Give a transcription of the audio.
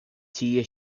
tie